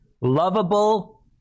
lovable